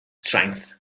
strength